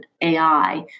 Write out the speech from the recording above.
AI